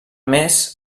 més